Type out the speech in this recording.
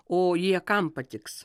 o jie kam patiks